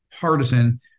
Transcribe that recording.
partisan